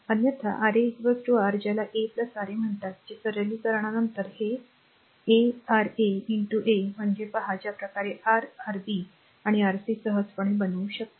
अन्यथा Ra r ज्याला a R a म्हणतात ते सरलीकरणानंतर हे a R a a मध्ये पहा ज्या प्रकारे r R b आणि Rc सहजपणे बनवू शकतात